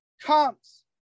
comes